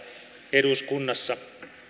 eduskunnassa